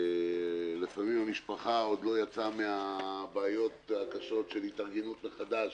לפעמים המשפחה עוד לא יצאה מן הבעיות הקשות של התארגנות מחדש